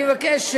אני מבקש,